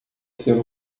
ser